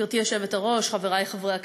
גברתי היושבת-ראש, חברי חברי הכנסת,